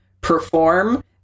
perform